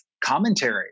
commentary